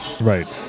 Right